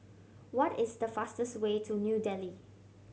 what is the fastest way to New Delhi